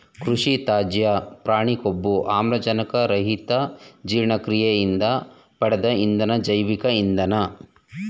ಕೃಷಿತ್ಯಾಜ್ಯ ಪ್ರಾಣಿಕೊಬ್ಬು ಆಮ್ಲಜನಕರಹಿತಜೀರ್ಣಕ್ರಿಯೆಯಿಂದ ಪಡ್ದ ಇಂಧನ ಜೈವಿಕ ಇಂಧನ